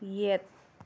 ꯌꯦꯠ